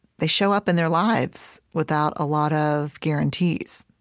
they show up in their lives without a lot of guarantees.